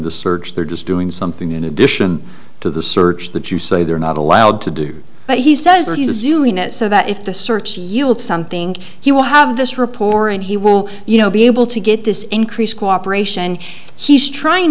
the search they're just doing something in addition to the search that you say they're not allowed to do but he says he's doing it so that if the search yield something he will have this reporter and he will you know be able to get this increased cooperation he's trying